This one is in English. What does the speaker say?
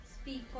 speak